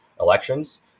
elections